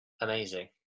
amazing